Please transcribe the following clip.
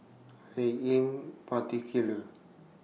I Am particular